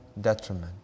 detriment